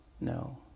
No